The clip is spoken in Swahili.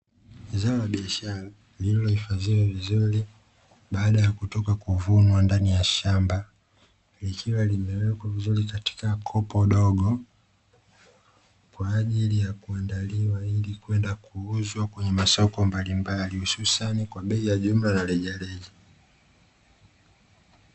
Zao la biashara lililohifadhiwa vizuri baada ya kutoka kuvunwa ndani ya shamba, likiwa limewekwa vizuri katika kopo dogo kwa ajili ya kuandaliwa ili kwenda kuuzwa kwenye masoko mbalimbali, hususani kwa bei ya jumla na rejareja.